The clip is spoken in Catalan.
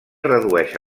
redueix